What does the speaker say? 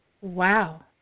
Wow